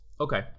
Okay